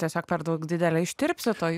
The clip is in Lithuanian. tiesiog per daug didelė ištirpsti toj